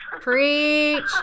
Preach